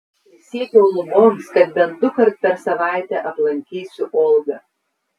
prisiekiau luboms kad bent dukart per savaitę aplankysiu olgą